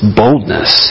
boldness